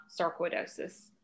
sarcoidosis